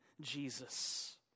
Jesus